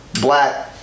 Black